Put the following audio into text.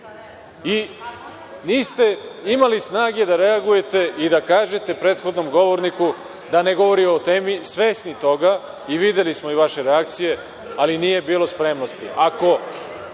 i niste imali snage da reagujete i da kažete prethodnom govorniku da ne govori o temi, svesni toga. Videli smo vaše reakcije, ali nije bilo spremnosti. Ako